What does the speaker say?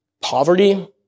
poverty